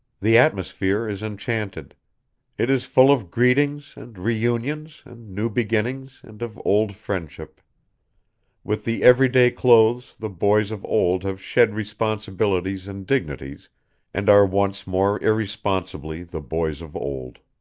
the atmosphere is enchanted it is full of greetings and reunions and new beginnings and of old friendship with the every-day clothes the boys of old have shed responsibilities and dignities and are once more irresponsibly the boys of old.